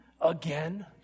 again